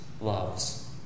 loves